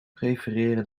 prefereren